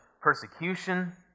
persecution